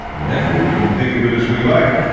and therefore we can think of it as we like.